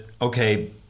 okay